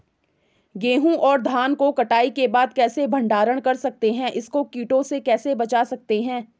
गेहूँ और धान को कटाई के बाद कैसे भंडारण कर सकते हैं इसको कीटों से कैसे बचा सकते हैं?